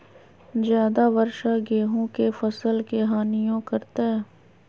ज्यादा वर्षा गेंहू के फसल के हानियों करतै?